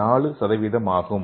4ஐ ஆக்கிரமிக்கிறது